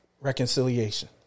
reconciliation